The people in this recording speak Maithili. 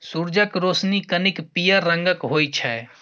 सुरजक रोशनी कनिक पीयर रंगक होइ छै